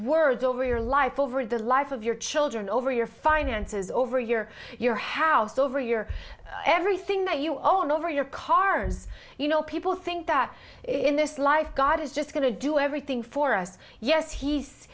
words over your life over the life of your children over your finances over a year your house over your everything that you all over your cars you know people think that in this life god is just going to do everything for us yes he's